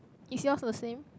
is yours the same